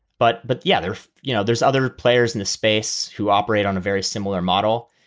but but the other you know, there's other players in this space who operate on a very similar model.